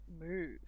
move